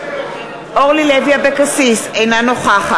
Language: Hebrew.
נגד מיקי לוי, נגד אורלי לוי אבקסיס, אינה נוכחת